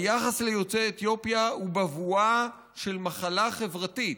היחס ליוצאי אתיופיה הוא בבואה של מחלה חברתית